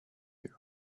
you